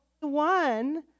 one